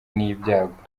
n’ibyago